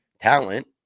talent